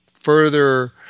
further